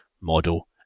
model